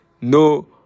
no